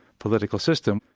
political system.